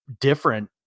different